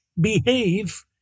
behave